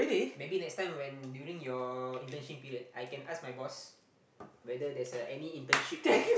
maybe next time when during your internship period I can ask my boss whether there's a any internship